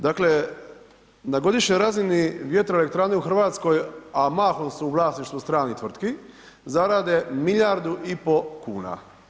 Dakle, na godišnjoj razini vjetroelektrane u Hrvatskoj a mahom su u vlasništvu stranih tvrtki, zarade milijardu i pol kuna.